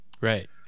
Right